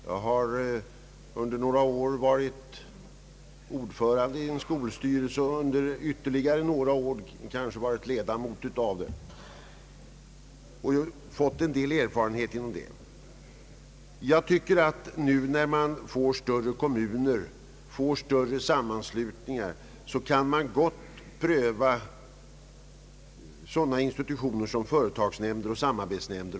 Jag har under några år varit ordförande i en skolstyrelse och ledamot under ytterligare några år. När vi nu får större kommuner och större enheter i landet tycker jag att man gott kan pröva institutioner som företagsnämnder och samarbetsnämnder.